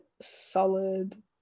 solid